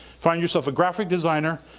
find yourself a graphic designer,